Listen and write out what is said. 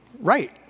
right